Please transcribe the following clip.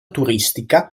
turistica